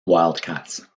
wildcats